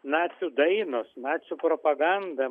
nacių dainos nacių propaganda